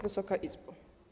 Wysoka Izbo!